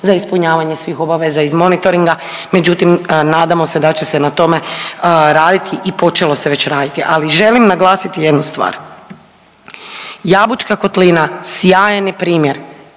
za ispunjavanje svih obaveza iz monitoringa međutim nadamo se da će se na tome raditi i počelo se već raditi, ali želim naglasiti jednu stvar. Jabučka kotlina sjajan je primjer